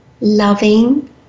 loving